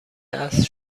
است